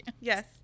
yes